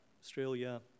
Australia